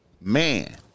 man